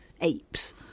apes